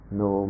no